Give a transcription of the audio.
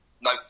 no